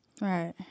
Right